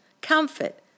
comfort